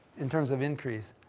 in terms of increase.